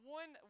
one